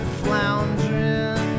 floundering